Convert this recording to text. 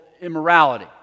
immorality